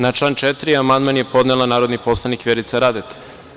Na član 4. amandman je podnela narodni poslanik Vjerica Radeta.